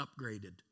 upgraded